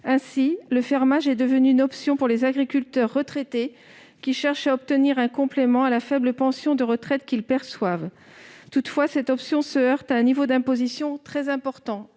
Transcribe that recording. Aussi, le fermage est devenu une option pour les agriculteurs retraités qui cherchent à obtenir un complément à la faible pension de retraite qu'ils perçoivent. Toutefois, cette option se heurte à un niveau d'imposition très important